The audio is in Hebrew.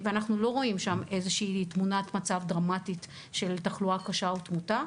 אז אנחנו לא רואים שם איזושהי תמונת מצב דרמטית של תחלואה קשה או תמותה.